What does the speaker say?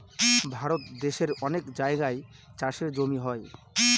ভারত দেশের অনেক জায়গায় চাষের জমি হয়